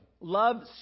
Love